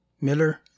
Miller